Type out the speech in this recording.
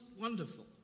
wonderful